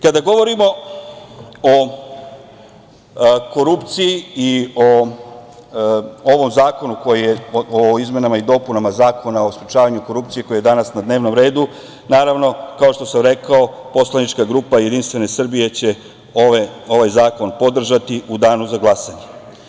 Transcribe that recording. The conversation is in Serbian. Kada govorimo o korupciji i o ovom zakonu, o izmenama i dopunama Zakona o sprečavanju korupcije koji je danas na dnevnom redu, naravno, kao što sam rekao, poslanička grupa JS će ovaj zakon podržati u danu za glasanje.